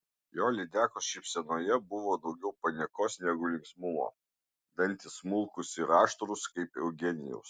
jo lydekos šypsenoje buvo daugiau paniekos negu linksmumo dantys smulkūs ir aštrūs kaip eugenijaus